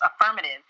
affirmative